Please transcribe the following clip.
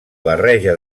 barreja